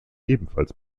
ebenfalls